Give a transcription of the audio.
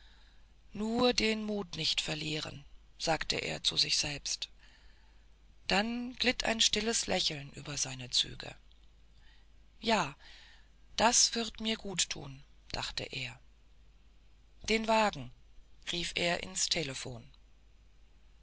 nur den mut nicht verlieren sagte er zu sich selbst dann glitt ein stilles lächeln über seine züge ja das wird mir gut tun dachte er den wagen rief er ins telephon